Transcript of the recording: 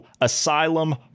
asylum